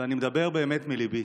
ואני מדבר באמת מליבי,